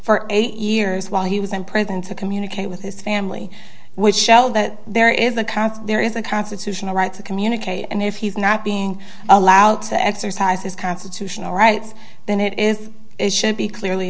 for eight years while he was in prison to communicate with his family which show that there is a concert there is a constitutional right to communicate and if he's not being allowed to exercise his constitutional rights then it is it should be clearly